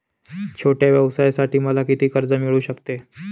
छोट्या व्यवसायासाठी मला किती कर्ज मिळू शकते?